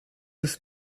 ist